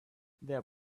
there